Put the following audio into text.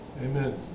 Amen